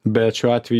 bet šiuo atveju